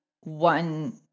one